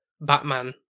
Batman